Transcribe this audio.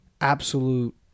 Absolute